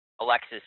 Alexis